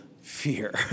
fear